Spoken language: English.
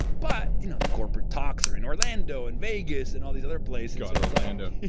but you know the corporate talks are in orlando and vegas and all these other places god orlando.